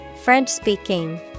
French-speaking